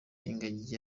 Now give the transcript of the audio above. ingagi